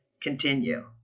continue